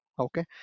Okay